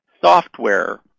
software